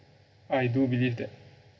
I do believe that